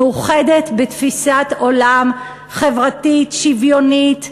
מאוחדת בתפיסת עולם חברתית, שוויונית.